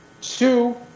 Two